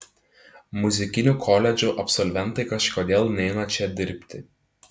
muzikinių koledžų absolventai kažkodėl neina čia dirbti